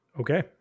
Okay